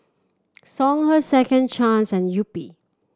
Songhe Second Chance and Yupi